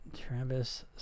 Travis